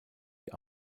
die